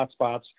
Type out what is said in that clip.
hotspots